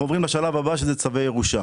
אנחנו עוברים לשלב הבא, שזה צווי ירושה.